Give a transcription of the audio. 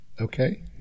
okay